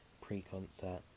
pre-concert